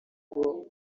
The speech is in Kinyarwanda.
bwo